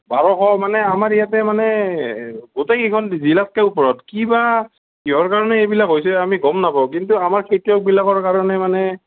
বাৰশ মানে আমাৰ ইয়াতহে মানে গোটেইকেইখন জিলাতকৈ ওপৰত কি বা কিহৰ কাৰণে এইবিলাক হৈছে আমি গম নাপাওঁ কিন্তু আমাৰ খেতিয়কবিলাকৰ কাৰণে মানে